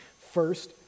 First